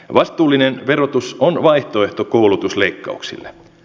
vastuullinen verotus on vaihtoehto koulutusleikkauksille